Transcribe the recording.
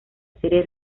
serie